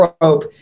rope